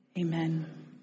Amen